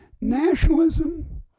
nationalism